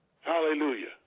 Hallelujah